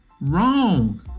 wrong